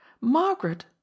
margaret